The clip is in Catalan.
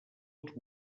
els